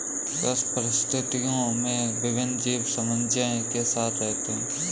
कृषि पारिस्थितिकी में विभिन्न जीव सामंजस्य के साथ रहते हैं